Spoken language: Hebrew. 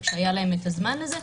שהיה להם את הזמן הזה,